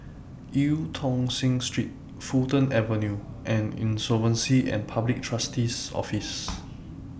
EU Tong Sen Street Fulton Avenue and Insolvency and Public Trustee's Office